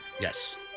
Yes